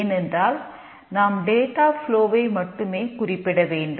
ஏனென்றால் நாம் டேட்டா ஃப்லோவை மட்டுமே குறிப்பிட வேண்டும்